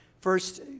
first